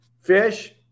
fish